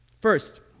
First